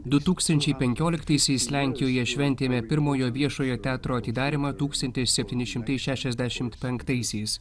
du tūkstančiai penkioliktaisiais lenkijoje šventėme pirmojo viešojo teatro atidarymą tūkstantis septyni šimtai šešiasdešimt penktaisiais